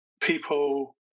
people